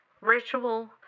ritual